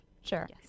Sure